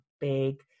big